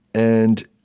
and